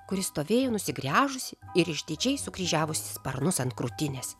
kuri stovėjo nusigręžusi ir išdidžiai sukryžiavusi sparnus ant krūtinės